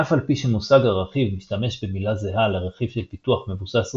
אף על פי שמושג הרכיב משתמש במילה זהה לרכיב של פיתוח מבוסס רכיבים,